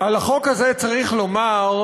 על החוק הזה צריך לומר: